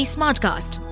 Smartcast